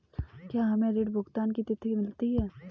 क्या हमें ऋण भुगतान की तिथि मिलती है?